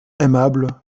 aimables